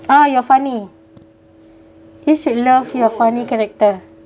ah you're funny you should love your funny character